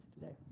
today